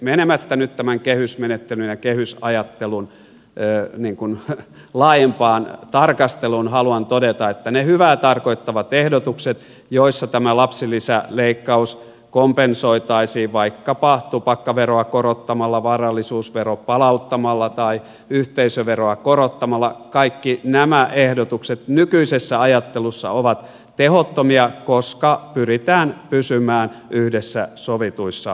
menemättä nyt tämän kehysmenettelyn ja kehysajattelun laajempaan tarkasteluun haluan todeta että kaikki ne hyvää tarkoittavat ehdotukset joissa tämä lapsilisäleikkaus kompensoitaisiin vaikkapa tupakkaveroa korottamalla varallisuusvero palauttamalla tai yhteisöveroa korottamalla ovat nykyisessä ajattelussa tehottomia koska pyritään pysymään yhdessä sovituissa menokehyksissä